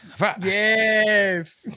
yes